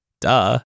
Duh